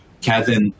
Kevin